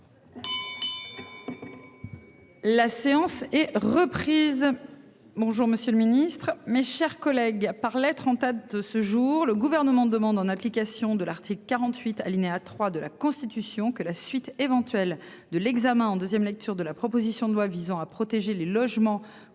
La séance est reprise. Bonjour monsieur le Ministre, mes chers collègues par lettre en tête. De ce jour, le gouvernement demande en application de l'article 48 alinéa 3 de la Constitution que la suite éventuelle de l'examen en 2ème lecture de la proposition de loi visant à protéger les logements